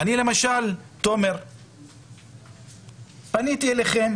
אני למשל פניתי אליכם